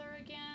again